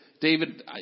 David